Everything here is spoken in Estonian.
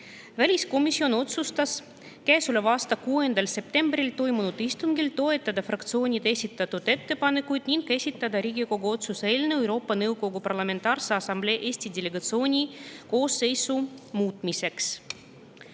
Väliskomisjon otsustas käesoleva aasta 6. septembril toimunud istungil toetada fraktsioonide esitatud ettepanekuid ning esitada Riigikogu otsuse eelnõu Euroopa Nõukogu Parlamentaarse Assamblee Eesti delegatsiooni koosseisu muutmiseks.